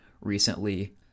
recently